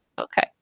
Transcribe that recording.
Okay